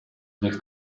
del